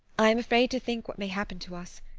i am afraid to think what may happen to us.